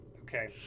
Okay